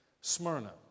Smyrna